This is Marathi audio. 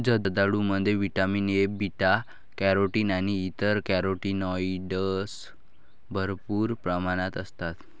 जर्दाळूमध्ये व्हिटॅमिन ए, बीटा कॅरोटीन आणि इतर कॅरोटीनॉइड्स भरपूर प्रमाणात असतात